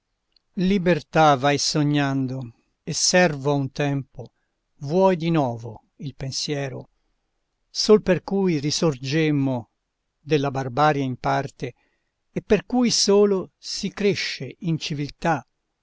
libertà vai sognando e servo a un tempo vuoi di novo il pensiero sol per cui risorgemmo della barbarie in parte e per cui solo si cresce